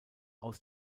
aus